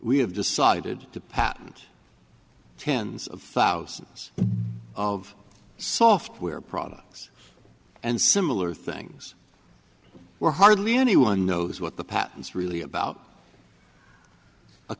we have decided to patent tens of thousands of software products and similar things were hardly anyone knows what the patents really about a